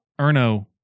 Erno